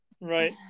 Right